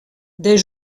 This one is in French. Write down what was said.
des